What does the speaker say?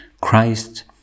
Christ